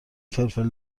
فلفل